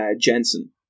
Jensen